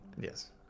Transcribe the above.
Yes